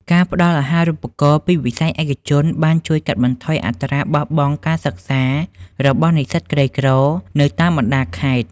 ការផ្តល់ អាហារូបករណ៍ ពីវិស័យឯកជនបានជួយកាត់បន្ថយអត្រាបោះបង់ការសិក្សារបស់និស្សិតក្រីក្រនៅតាមបណ្តាខេត្ត។